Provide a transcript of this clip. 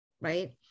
right